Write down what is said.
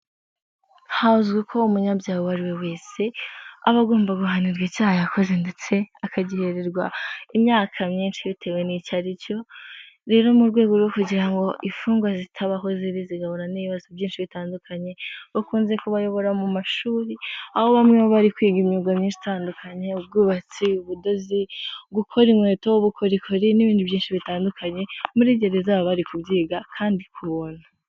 Ahazwi ko umunyabyaha uwo ari we wese, aba agomba guhanirwa icyaha yakoze ndetse akagihererwa imyaka myinshi bitewe n'icyo aricyo, rero mu rwego rwo kugira ngo imfungwa zitaba aho ziri zigahura n'ibibazo byinshi bitandukanye, bakunze kubayobora mu mashuri, aho bamwe barimo kwiga imyuga myinshi itandukanye, ubwubatsi, ubudozi, gukora inkweto, ubukorikori n'ibindi byinshi bitandukanye, muri gereza baba bari kubyiga kandi ku buntu.